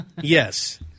Yes